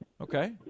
Okay